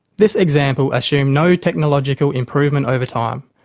this example assumed no technological improvement over time.